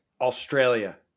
Australia